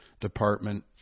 Department